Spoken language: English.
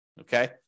Okay